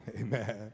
Amen